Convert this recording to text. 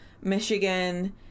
Michigan